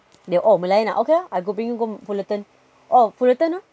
they're oh merlion ah okay lah I go bring you go fullerton oh fullerton ah